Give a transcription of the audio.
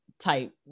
type